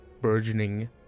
burgeoning